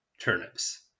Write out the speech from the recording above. Turnips